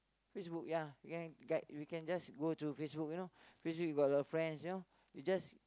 Facebook ya we can get we can just go to Facebook you know Facebook got the friends you know we just